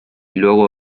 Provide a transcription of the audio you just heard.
luego